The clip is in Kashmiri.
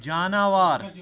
جاناوار